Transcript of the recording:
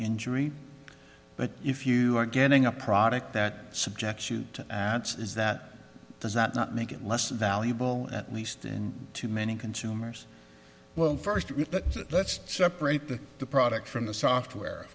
injury but if you are getting a product that subjects shoot at is that does that not make it less valuable at least in to many consumers well first let's separate the the product from the software